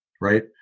right